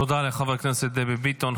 תודה לחברת הכנסת דבי ביטון.